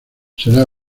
será